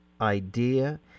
idea